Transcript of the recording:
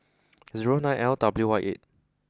zero nine L W Y eight